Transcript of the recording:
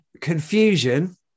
confusion